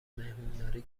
مهمونداری